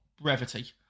brevity